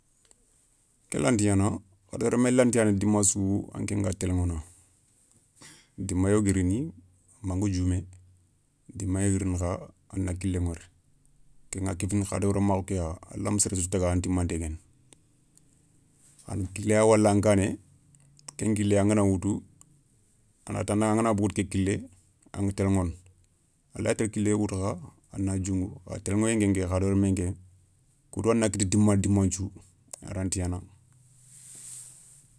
Ké lanta gnana hadama remme lanta gnaana dimassou anké nga toloηono, dima yogoy riini manga dioumé, dima yogoy riini kha a na killén wori. kengha a kéfini hadama rémakhou kéya allahma séré sou taga an timanté guéni, a na kilé ya walan kané, ken kilé angana woutou, a na tanda angana bogouti ké kilé aηa toloηono. A laye télé kilé yogo woutou kha a na dioungou kha toloηoyé nké nké hadama remmen ké, koudo a na kitta dimman diman thiou a ranta gnana.